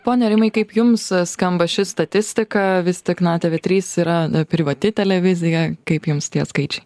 pone rimai kaip jums skamba ši statistika vis tik na tv trys yra privati televizija kaip jums tie skaičiai